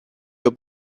your